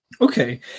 Okay